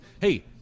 Hey